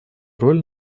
роль